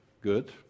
good